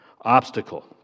obstacle